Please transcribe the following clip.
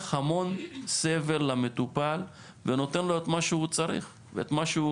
המון סבל למטופל ונותן לו את מה שהוא צריך ואת מה שהוא